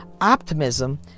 optimism